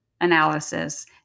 analysis